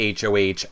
HOH